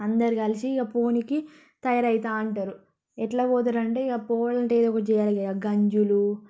అందరు కలిసి ఇక పోనీకి తయారవుతుంటారు ఎట్లా పోతారంటే ఇక పోవాలి అంటే ఎదో ఒకటి చేయాలి కదా గంజులూ